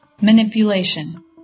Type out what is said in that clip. Manipulation